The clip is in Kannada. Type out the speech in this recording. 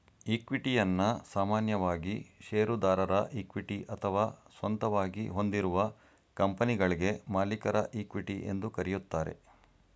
ಇಕ್ವಿಟಿಯನ್ನ ಸಾಮಾನ್ಯವಾಗಿ ಶೇರುದಾರರ ಇಕ್ವಿಟಿ ಅಥವಾ ಸ್ವಂತವಾಗಿ ಹೊಂದಿರುವ ಕಂಪನಿಗಳ್ಗೆ ಮಾಲೀಕರ ಇಕ್ವಿಟಿ ಎಂದು ಕರೆಯುತ್ತಾರೆ